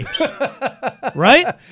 right